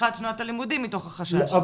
מפתיחת שנת הלימודים מתוך החשש הזה.